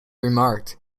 remarked